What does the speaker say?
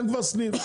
אין כבר סניף,